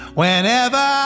whenever